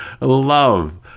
love